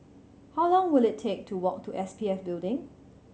how long will it take to walk to S P F Building